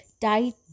tight